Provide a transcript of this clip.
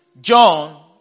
John